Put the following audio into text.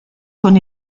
con